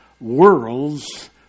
worlds